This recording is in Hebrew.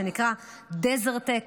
שנקרא דזרטק,